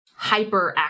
hyperactive